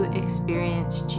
experienced